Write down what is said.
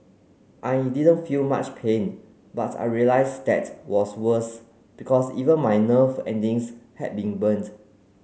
I didn't feel much pain but I realised that was worse because even my nerve endings had been burned